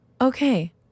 Okay